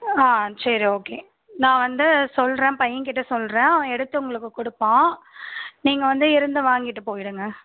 சரி ஓகே நான் வந்து சொல்கிறேன் பையன்கிட்ட சொல்கிறேன் எடுத்து உங்களுக்கு கொடுப்பான் நீங்கள் வந்து இருந்து வாங்கிட்டு போயிடுங்க